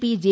P J